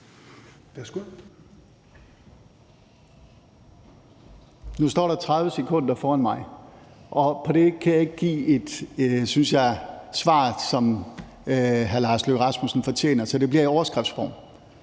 taletid på 30 sekunder, og på den tid kan jeg ikke give det svar, som hr. Lars Løkke Rasmussen fortjener. Derfor bliver det i overskriftsform.